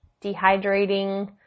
dehydrating